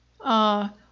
Ah